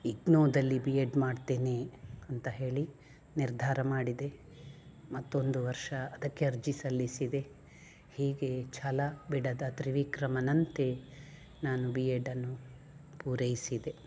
ಇಗ್ನೊದಲ್ಲಿ B Ed ಮಾಡ್ತೇನೆ ಅಂತ ಹೇಳಿ ನಿರ್ಧಾರ ಮಾಡಿದೆ ಮತ್ತೊಂದು ವರ್ಷ ಅದಕ್ಕೆ ಅರ್ಜಿ ಸಲ್ಲಿಸಿದೆ ಹೀಗೆ ಛಲ ಬಿಡದ ತ್ರಿವಿಕ್ರಮನಂತೆ ನಾನು ಬಿ ಎಡ್ ಅನ್ನು ಪೂರೈಸಿದೆ